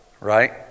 right